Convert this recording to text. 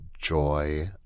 joy